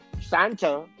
Santa